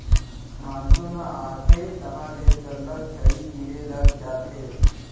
monsoon ह आथे तहॉं ले सल्लग झड़ी गिरे लग जाथे